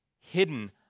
hidden